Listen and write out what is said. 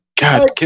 God